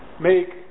make